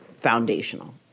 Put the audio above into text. foundational